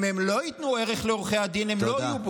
אם הם לא ייתנו ערך לעורכי הדין, הם לא יהיו בו.